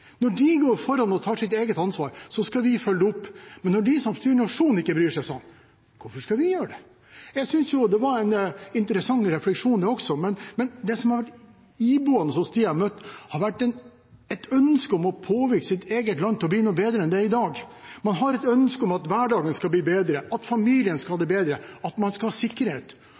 Når de går foran og tar eget ansvar, skal vi følge opp, men når de som styrer nasjonen, ikke bryr seg, sa han, hvorfor skal vi gjøre det? Det var en interessant refleksjon det også, men det som var iboende hos dem jeg møtte, var et ønske om å påvirke sitt eget land til å bli noe bedre enn det er i dag. Man har et ønske om at hverdagen skal bli bedre, at familien skal ha det bedre, at man skal ha sikkerhet.